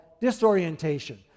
disorientation